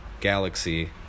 galaxy